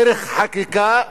דרך חקיקה,